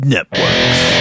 Networks